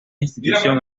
institución